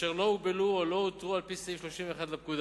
אשר לא הוגבלו או לא הותרו על-פי סעיף 31 לפקודה.